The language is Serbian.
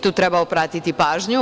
Tu treba obratiti pažnju.